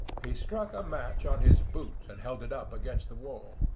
he struck a match on his boot and held it up against the wall.